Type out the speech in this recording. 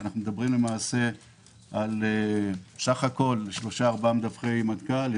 יש בסך הכול שלושה-ארבע מדווחי מנכ"ל,